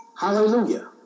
Hallelujah